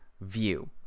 view